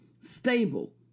stable